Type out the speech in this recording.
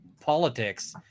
politics